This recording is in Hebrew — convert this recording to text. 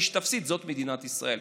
מי שתפסיד זו מדינת ישראל.